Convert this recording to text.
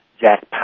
Jack